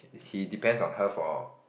he depends on her for